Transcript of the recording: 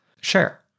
share